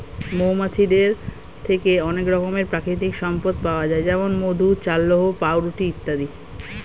মৌমাছিদের থেকে অনেক রকমের প্রাকৃতিক সম্পদ পাওয়া যায় যেমন মধু, চাল্লাহ্ পাউরুটি ইত্যাদি